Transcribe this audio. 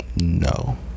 No